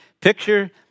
picture